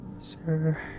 Sir